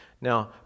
Now